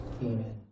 Amen